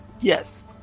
Yes